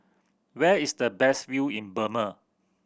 where is the best view in Burma